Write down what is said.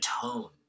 tone